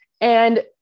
And-